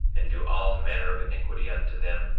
and do all manner of iniquity unto them,